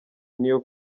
niyo